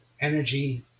energy